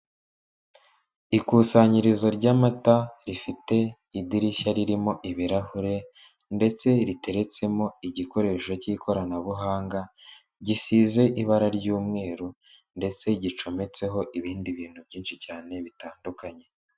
Ikusanyirizo ry'amata rifite idirishya ririmo ibirahure, ndetse riteretsemo igikoresho cy'ikoranabuhanga gisize ibara ry'umweru, ndetse gicometseho ibindi bintu byinshi cyane bitandukanye.